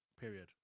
period